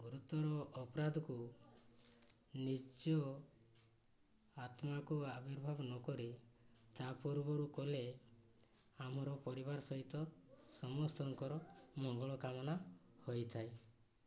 ଗୁରୁତ୍ୱର ଅପରାଧକୁ ନିଜ ଆତ୍ମାକୁ ଆବିର୍ଭାବ ନ କରେ ତା ପୂର୍ବରୁ କଲେ ଆମର ପରିବାର ସହିତ ସମସ୍ତଙ୍କର ମଙ୍ଗଳ କାମନା ହୋଇଥାଏ